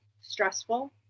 stressful